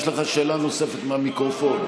יש לך שאלה נוספת מהמיקרופון.